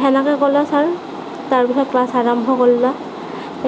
সেনেকে ক'লে ছাৰ তাৰপিছত ক্লাছ আৰম্ভ কৰলাক